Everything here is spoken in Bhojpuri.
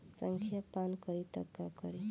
संखिया पान करी त का करी?